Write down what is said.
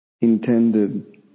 intended